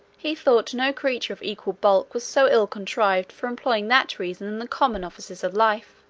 he thought no creature of equal bulk was so ill-contrived for employing that reason in the common offices of life